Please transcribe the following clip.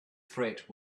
threat